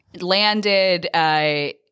landed